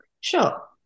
Sure